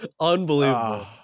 Unbelievable